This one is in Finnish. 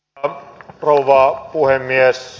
arvoisa rouva puhemies